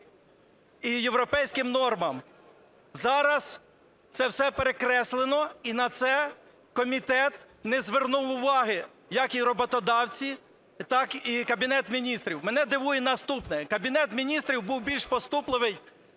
і європейським нормам. Зараз це все перекреслено і на це комітет не звернув уваги, як і роботодавці, так і Кабінет Міністрів. Мене дивує наступне. Кабінет Міністрів був більш поступливий,